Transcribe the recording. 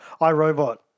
iRobot